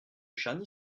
charny